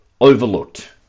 overlooked